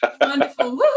Wonderful